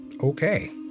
Okay